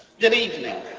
good evening.